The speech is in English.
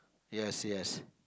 yes yes